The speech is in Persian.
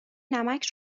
نمک